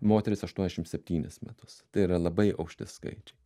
moteris aštuoniasdešimt septynis metus tai yra labai aukšti skaičiai